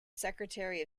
secretary